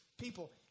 people